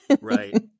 Right